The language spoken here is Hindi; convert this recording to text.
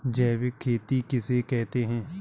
जैविक खेती किसे कहते हैं?